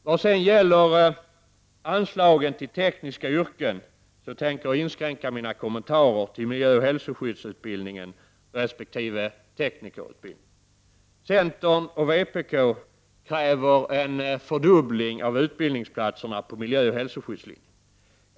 Vad sedan gäller anslagen till tekniska yrken tänker jag inskränka mina kommentarer till miljöoch hälsoskyddsutbildningen resp. teknikerutbildningen. Centern och vpk kräver en fördubbling av utbildningsplatserna på miljöoch hälsoskyddslinjen.